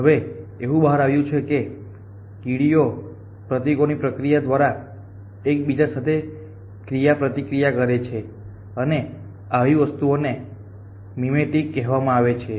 હવે એવું બહાર આવ્યું છે કે કીડીઓ પ્રતીકોની પ્રક્રિયા દ્વારા એકબીજા સાથે ક્રિયાપ્રતિક્રિયા કરે છે અને આવી વસ્તુને મિમેટિક કહેવામાં આવે છે